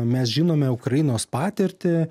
mes žinome ukrainos patirtį